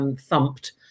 thumped